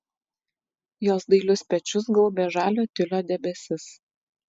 jos dailius pečius gaubė žalio tiulio debesis